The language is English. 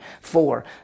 four